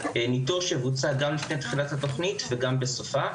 ניטור שיבוצע גם לפני תחילת התוכנית וגם בסופה.